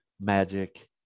magic